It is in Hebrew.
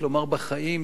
כלומר בחגים,